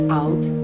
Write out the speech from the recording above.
out